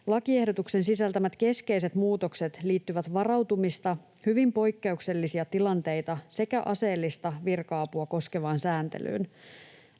Lakiehdotuksen sisältämät keskeiset muutokset liittyvät varautumista, hyvin poikkeuksellisia tilanteita sekä aseellista virka-apua koskevaan sääntelyyn.